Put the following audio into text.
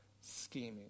scheming